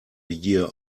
year